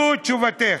זו תשובתך.